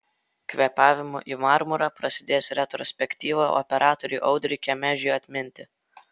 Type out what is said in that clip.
kvėpavimu į marmurą prasidės retrospektyva operatoriui audriui kemežiui atminti